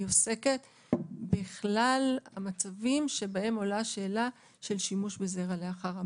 היא עוסקת בכלל המצבים שבהם עולה השאלה של שימוש בזרע לאחר המוות,